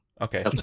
Okay